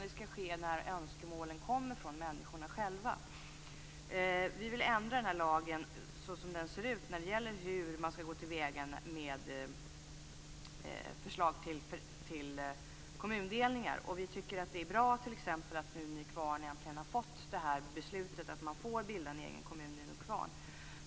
Det skall ske när önskemålen kommer från människorna själva. Vi vill ändra på lagen såsom den ser ut i dag när det gäller hur man skall gå till väga med förslag till kommundelningar. Vi tycker att det är bra att t.ex. Nykvarn nu äntligen har fått beslutet att man får bilda egen kommun.